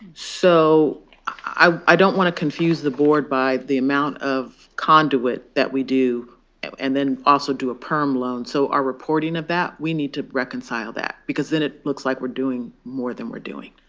so i don't want to confuse the board by the amount of conduit that we do and then also do a perm loan, so our reporting of that, we need to reconcile that, because then it looks like we're doing more than we're doing.